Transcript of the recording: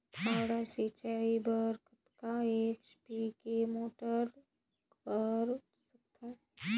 फव्वारा सिंचाई बर कतका एच.पी के मोटर उपयोग कर सकथव?